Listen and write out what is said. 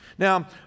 Now